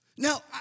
Now